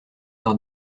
par